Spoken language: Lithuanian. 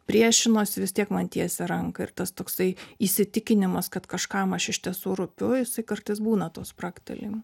priešinuosi vis tiek man tiesia ranką ir tas toksai įsitikinimas kad kažkam aš iš tiesų rūpiu jisai kartais būna tuo spragtelėjimu